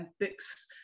books